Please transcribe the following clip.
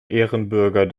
ehrenbürger